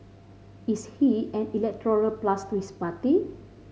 is he an electoral plus to his party